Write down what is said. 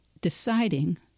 deciding